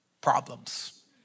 problems